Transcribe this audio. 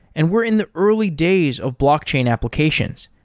and we're in the early days of blockchain applications.